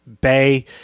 Bay